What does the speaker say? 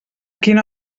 quina